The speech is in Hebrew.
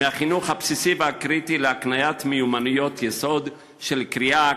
מהחינוך הבסיסי והקריטי להקניית מיומנויות יסוד של קריאה,